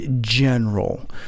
General